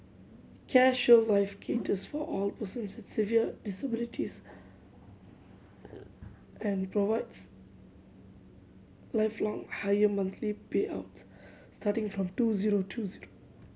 Care Shield Life caters for all persons with severe disabilities and provides lifelong higher monthly payouts starting from two zero two zero